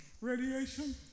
radiation